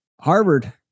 Harvard